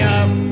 up